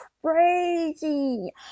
crazy